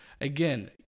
Again